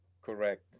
Correct